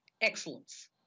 excellence